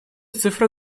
цифры